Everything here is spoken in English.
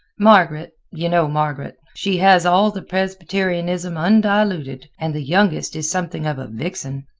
margaret you know margaret she has all the presbyterianism undiluted. and the youngest is something of a vixen.